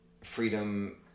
freedom